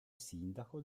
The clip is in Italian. sindaco